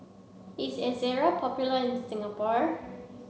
is Ezerra popular in Singapore